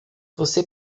você